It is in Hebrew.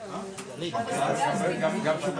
אז אני אומר שיחד עם משרד